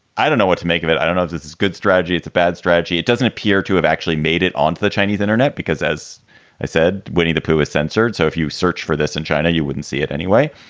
i don't know what to make of it. i don't know if this is good strategy. it's a bad strategy. it doesn't appear to have actually made it onto the chinese internet because, as i said, winnie the pooh is censored. so if you search for this in china, you wouldn't see it anyway.